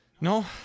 No